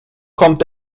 kommt